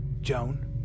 Joan